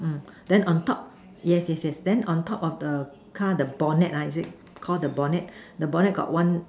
mm then on top yes yes yes then on the top of the car the bonnet ah is it Call the bonnet the bonnet got one